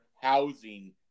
housing